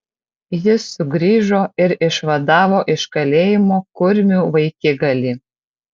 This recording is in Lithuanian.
jis sugrįžo ir išvadavo iš kalėjimo kurmių vaikigalį